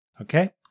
okay